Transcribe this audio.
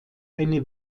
eine